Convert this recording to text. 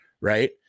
right